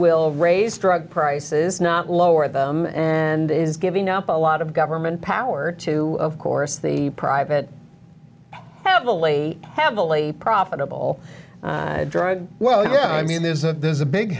will raise drug prices not lower them and is giving up a lot of government power too of course the private heavily heavily profitable drug well yeah i mean there's a there's a big